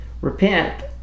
Repent